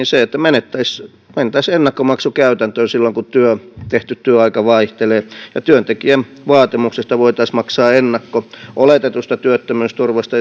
se että mentäisiin ennakkomaksukäytäntöön silloin kun tehty työaika vaihtelee työntekijän vaatimuksesta voitaisiin maksaa ennakko oletetusta työttömyysturvasta